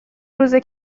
روزه